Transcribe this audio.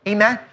Amen